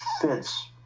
fits